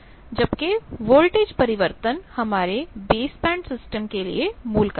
जबकि वोल्टेज परिवर्तन हमारे बेस बैंड सिस्टम के लिए मूल कार्य है